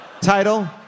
Title